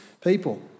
people